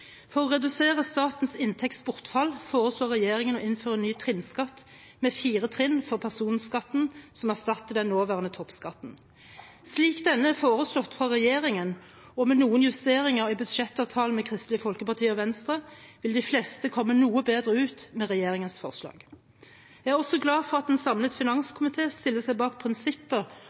For å redusere statens inntektsbortfall foreslår regjeringen å innføre en ny trinnskatt med fire trinn for personbeskatningen, som erstatter den nåværende toppskatten. Slik denne er foreslått fra regjeringen og med noen justeringer i budsjettavtalen med Kristelig Folkeparti og Venstre, vil de fleste komme noe bedre ut med regjeringens forslag. Jeg er også glad for at en samlet